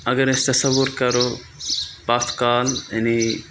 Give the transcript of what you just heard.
اگر أسۍ تصَوُر کَرو پَتھ کال یعنی